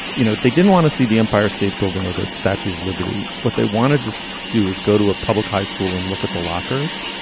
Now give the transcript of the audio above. you know, they didn't want to see the empire state building or that statue of liberty what they wanted to do was go to a public high school and look at the lockers.